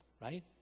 right